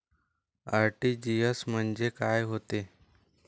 RTGS म्हंजे काय होते?